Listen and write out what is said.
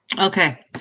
Okay